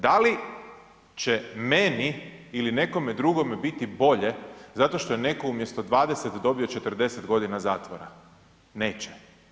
Da li će meni ili nekome drugome biti bolje zato što je netko umjesto 20 dobio 40 godina zatvora, neće.